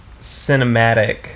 cinematic